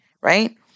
right